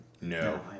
No